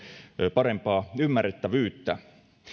parempaa ymmärrettävyyttä